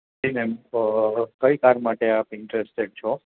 જી ma'am કઈ car માટે આપ ઈન્ટરેસ્ટેડ છો